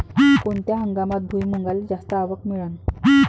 कोनत्या हंगामात भुईमुंगाले जास्त आवक मिळन?